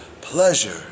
pleasure